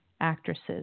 actresses